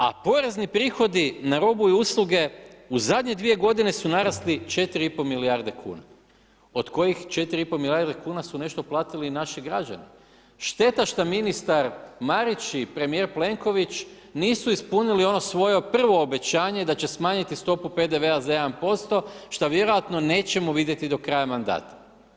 A porezni prihodi na robu i usluge u zadnje 2 godine su narasli 4,5 milijarde kuna od kojih 4,5 milijarde kuna su nešto platili i naši građani, šteta šta ministar Marić i premijer Plenković nisu ispunili ono svoje prvo obećanje da će smanjiti stopu PDV-a za 1% šta vjerojatno nećemo vidjeti do kraja mandata.